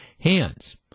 hands